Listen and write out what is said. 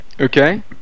Okay